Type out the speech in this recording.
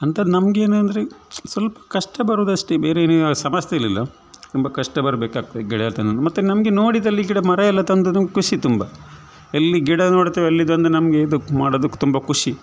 ಅಂಥದ್ ನಮಗೇನಂದ್ರೇ ಸ್ವಲ್ಪ ಕಷ್ಟ ಬರೋದಷ್ಟೇ ಬೇರೆ ಏನು ಸಮಸ್ಯೆ ಇರಲಿಲ್ಲ ತುಂಬ ಕಷ್ಟ ಬರಬೇಕಾಗ್ತದೆ ಗಿಡ ತಂದು ಮತ್ತು ನಮಗೆ ನೋಡಿದಲ್ಲಿ ಗಿಡ ಮರ ಎಲ್ಲಾ ತಂದು ನಮ್ಗೆ ಖುಷಿ ತುಂಬ ಎಲ್ಲಿ ಗಿಡ ನೋಡ್ತೇವೋ ಅಲ್ಲಿ ತಂದು ನಮಗೆ ಇದು ಮಾಡೋದು ತುಂಬ ಖುಷಿ